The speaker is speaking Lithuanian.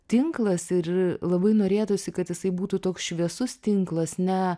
tinklas ir labai norėtųsi kad jisai būtų toks šviesus tinklas ne